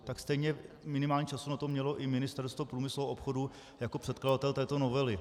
Tak stejně minimálně času na to mělo i Ministerstvo průmyslu a obchodu jako předkladatel této novely.